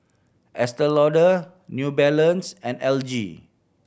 Estee Lauder New Balance and L G